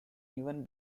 even